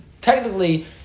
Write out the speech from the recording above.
Technically